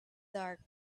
dark